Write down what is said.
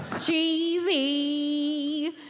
Cheesy